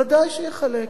ודאי שיחלק.